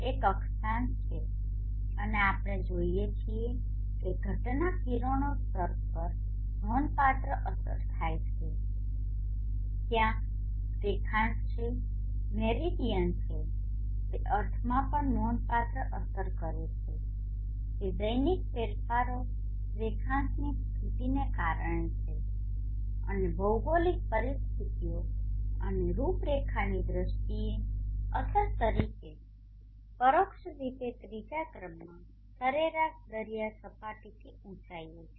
એક અક્ષાંશ છે અને આપણે જોઈએ છીએ કે ઘટના કિરણોત્સર્ગ પર નોંધપાત્ર અસર થાય છે ત્યાં રેખાંશ છે મેરિડીયન છે તે અર્થમાં પણ નોંધપાત્ર અસર કરે છે કે દૈનિક ફેરફારો રેખાંશની સ્થિતિને કારણે છે અને ભૌગોલિક પરિસ્થિતિઓ અને રૂપરેખાઓની દ્રષ્ટિએ અસર તરીકે પરોક્ષ રીતે ત્રીજા ક્રમમાં સરેરાશ દરિયા સપાટીથી ઉંચાઇ એ છે